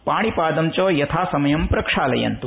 पाणिपादं च यथासमयं प्रक्षालयन्तु